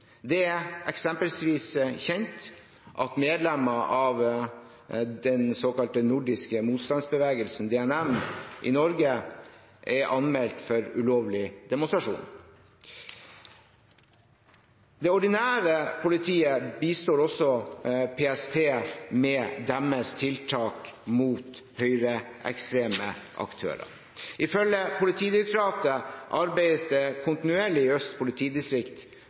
Det er eksempelvis kjent at medlemmer av Den nordiske motstandsbevegelsen, NMB, i Norge er anmeldt for ulovlig demonstrasjon. Det ordinære politiet bistår også PST i deres tiltak mot høyreekstreme aktører. Ifølge Politidirektoratet arbeides det kontinuerlig i Øst politidistrikt